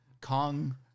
Kong